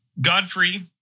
Godfrey